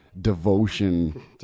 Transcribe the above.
devotion